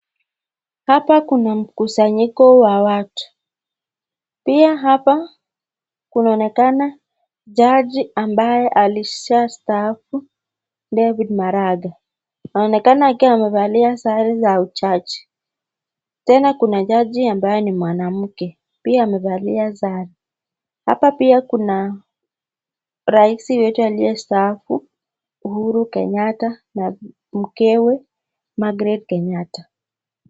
Hapa kuna mkusanyiko wa watu. Pia hapa kunaonekana jaji ambaye alishastaafu David Maraga. Anaonekana akiwa amevalia sare za uchaji. Tena kuna jaji ambaye ni mwanamke, pia amevalia sare. Hapa pia kuna rais wetu aliyestaafu Uhuru Kenyatta na mkewe Margaret Kenyatta.